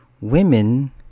women